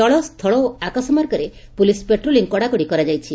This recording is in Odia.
ଜଳ ସ୍ଛଳ ଓ ଆକାଶ ମାର୍ଗରେ ପୁଲିସ ପାଟ୍ରୋଲିଂ କଡାକଡି କରାଯାଇଛି